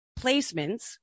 placements